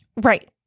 Right